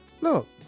look